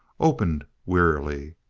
opened wearily.